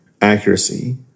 Accuracy